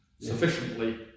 sufficiently